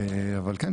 אבל כן,